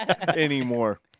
anymore